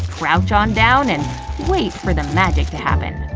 crouch on down and wait for the magic to happen.